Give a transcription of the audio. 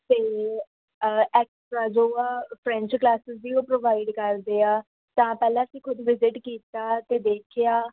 ਅਤੇ ਐਕਸਟਰਾ ਜੋ ਆ ਫਰੈਂਚ ਕਲਾਸਿਸ ਵੀ ਉਹ ਪ੍ਰੋਵਾਈਡ ਕਰਦੇ ਆ ਤਾਂ ਪਹਿਲਾਂ ਅਸੀਂ ਖੁਦ ਵਿਜਿਟ ਕੀਤਾ ਅਤੇ ਦੇਖਿਆ